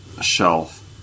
shelf